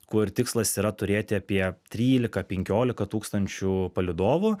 kur tikslas yra turėti apie trylika penkiolika tūkstančių palydovų